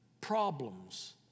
problems